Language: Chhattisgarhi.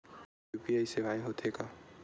यू.पी.आई सेवाएं हो थे का?